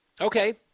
Okay